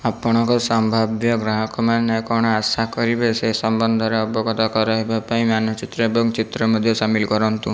ଆପଣଙ୍କ ସମ୍ଭାବ୍ୟ ଗ୍ରାହକମାନେ କ'ଣ ଆଶା କରିବେ ସେ ସମ୍ବନ୍ଧରେ ଅବଗତ କରାଇବା ପାଇଁ ମାନଚିତ୍ର ଏବଂ ଚିତ୍ର ମଧ୍ୟ ସାମିଲ କରାନ୍ତୁ